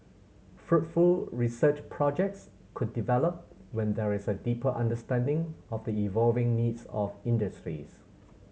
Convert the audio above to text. fruitful research projects could develop when there is a deeper understanding of the evolving needs of industries